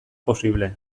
posible